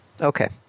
okay